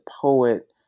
poet